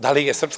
Da li je SNS